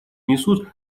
несут